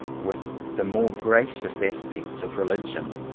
with the more gracious aspects of religion.